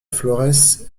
flores